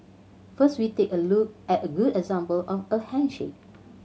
first we take a look at a good example of a handshake